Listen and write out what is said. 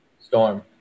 Storm